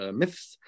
myths